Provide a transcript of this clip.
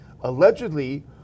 allegedly